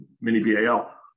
mini-BAL